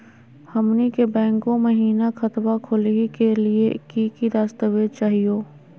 हमनी के बैंको महिना खतवा खोलही के लिए कि कि दस्तावेज चाहीयो?